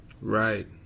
Right